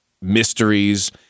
mysteries